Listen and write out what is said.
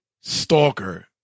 stalker